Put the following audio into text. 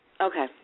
Okay